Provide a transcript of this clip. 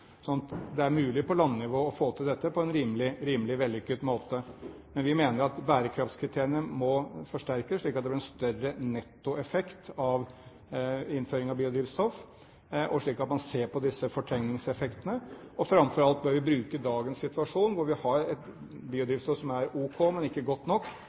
det er mulig på landnivå å få til dette på en rimelig vellykket måte. Men vi mener at bærekraftskriteriene må forsterkes, slik at det blir en større nettoeffekt av innføring av biodrivstoff, og slik at man ser på disse fortrengningseffektene. Framfor alt bør vi bruke dagens situasjon hvor vi har et biodrivstoff som er ok, men ikke godt nok,